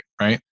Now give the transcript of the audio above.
right